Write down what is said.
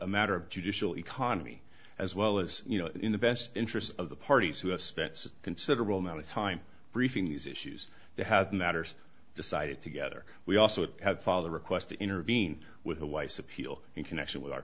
a matter of judicial economy as well as you know in the best interests of the parties who have spent a considerable amount of time briefing these issues they have matters decided together we also have follow the requests to intervene with the wife's appeal in connection with our